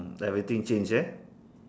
everything change eh